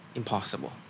impossible